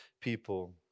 people